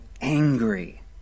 angry